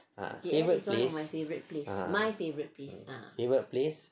ah favourite place ah favourite place